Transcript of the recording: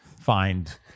find